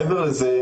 מעבר לזה,